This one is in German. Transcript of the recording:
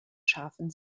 scharfen